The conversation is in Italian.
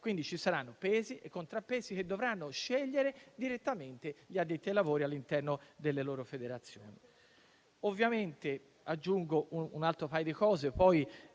Ci saranno pesi e contrappesi, che dovranno scegliere direttamente gli addetti ai lavori all'interno delle loro federazioni.